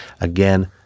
again